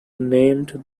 named